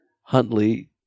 Huntley